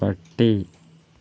പട്ടി